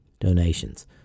donations